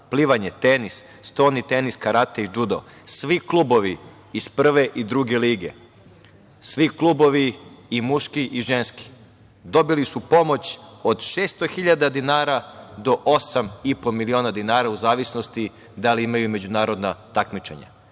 plivanje, tenis, stoni tenis, karate i džudo. Svi klubovi iz prve i druge lige, svi klubovi i muški i ženski, dobili su pomoć od 600 hiljada dinara do 8,5 miliona dinara, u zavisnosti da li imaju međunarodna takmičenja.